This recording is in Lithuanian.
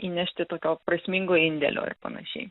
įnešti tokio prasmingo indėlio ir panašiai